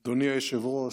אדוני היושב-ראש,